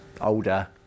older